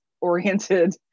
oriented